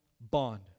bond